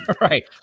Right